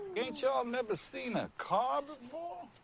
ain't y'all never seen a car before?